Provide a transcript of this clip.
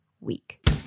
week